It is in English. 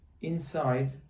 inside